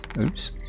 Oops